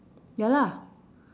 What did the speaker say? ya lah